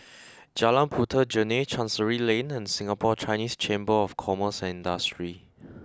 Jalan Puteh Jerneh Chancery Lane and Singapore Chinese Chamber of Commerce and Industry